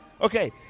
Okay